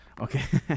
okay